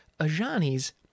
Ajani's